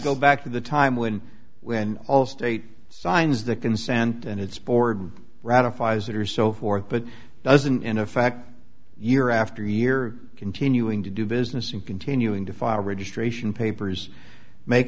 go back to the time when when all state signs the consent and its board ratifies that are so forth but doesn't in effect year after year continuing to do business and continuing to file registration papers make